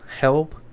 help